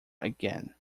again